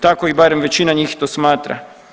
Tako i barem većina njih to smatra.